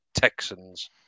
texans